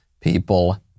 people